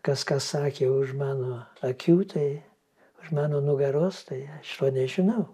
kas kas sakė už mano akių tai už mano nugaros tai aš va nežinau